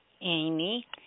Amy